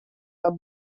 are